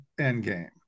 Endgame